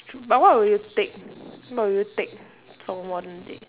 but what would you take what would you take from modern day